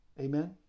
Amen